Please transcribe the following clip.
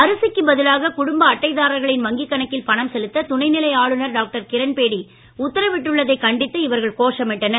அரிசிக்கு பதிலாக குடும்ப அட்டைதாரர்களின் வங்கி கணக்கில் பணம் செலுத்த துணை நிலை ஆளுநர் டாக்டர் கிரண்பேடி உத்தரவிட்டுள்ளதைக் கண்டித்து இவர்கள் கோஷமிட்டனர்